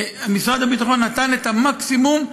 ומשרד הביטחון נתן את המקסימום,